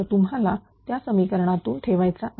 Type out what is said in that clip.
तुम्हाला त्या समीकरणातून ठेवायचा आहे